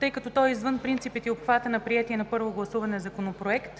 тъй като то е извън принципите и обхвата на приетия на първо гласуване Законопроект.